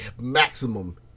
maximum